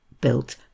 built